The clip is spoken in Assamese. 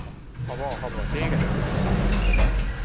হ'ব হ'ব ঠিক আছে থেংক ইউ হ'ব